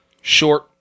short